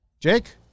Jake